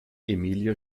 emilia